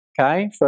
Okay